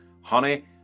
Honey